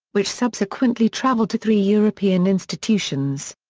which subsequently travelled to three european institutions.